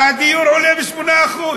והדיור עולה ב-8%.